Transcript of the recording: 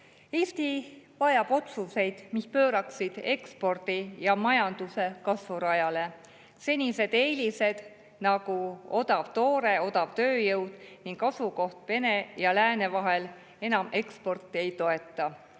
üle. Eesti vajab otsuseid, mis pööraksid ekspordi ja majanduse kasvurajale. Senised eelised, nagu odav toore, odav tööjõud ning asukoht Vene ja lääne vahel eksporti enam ei toeta.